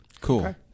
Cool